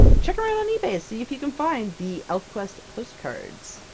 check around on ebay, see if you can find the elfquest postcards!